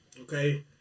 okay